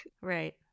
Right